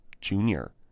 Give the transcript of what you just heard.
junior